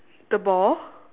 the ball